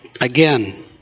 again